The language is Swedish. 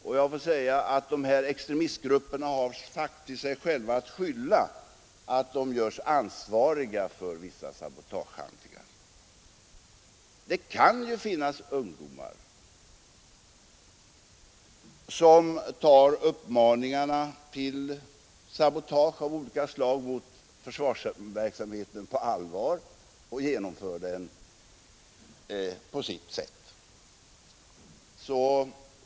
Och jag får säga att dessa grupper faktiskt har sig själva att skylla för att de görs ansvariga för vissa sabotagehandlingar. Det kan finnas ungdomar som tar uppmaningarna till sabotage av olika slag mot försvarsverksamheten på allvar och följer dem på sitt sätt.